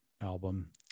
album